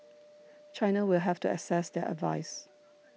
China will have to assess their advice